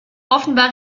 offenbar